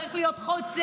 צריך להיות חוצה